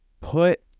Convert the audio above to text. put